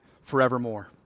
forevermore